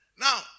Now